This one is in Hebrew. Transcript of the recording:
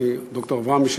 ד"ר אברמי,